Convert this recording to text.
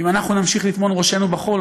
אם אנחנו נמשיך לטמון ראשנו בחול,